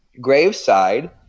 graveside